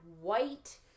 white